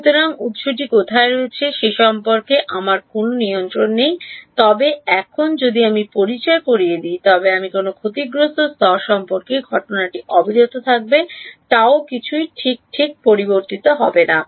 সুতরাং উত্সটি কোথায় রয়েছে সে সম্পর্কে আমার কোনও নিয়ন্ত্রণ নেই তবে এখন যদি আমি পরিচয় করিয়ে দিই তবে আমি কোনও ক্ষতিগ্রস্ত স্তর সম্পর্কিত ঘটনাটি অবিরত থাকবে Γ কিছুই ঠিক ঠিক পরিবর্তিত হবে না